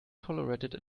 tolerated